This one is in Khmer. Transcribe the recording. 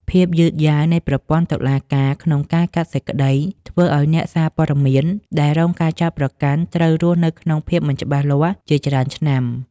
ភាពយឺតយ៉ាវនៃប្រព័ន្ធតុលាការក្នុងការកាត់សេចក្តី ធ្វើឱ្យអ្នកសារព័ត៌មានដែលរងការចោទប្រកាន់ត្រូវរស់ក្នុងភាពមិនច្បាស់លាស់ជាច្រើនឆ្នាំ។